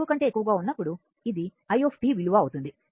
t4 ఎక్కువగా ఉన్నప్పుడు ఇది i విలువ అవుతుంది